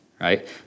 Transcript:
right